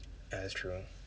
ya that's true